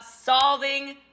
solving